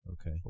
Okay